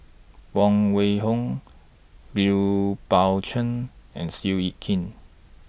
Huang Wenhong Liu Pao Chuen and Seow Yit Kin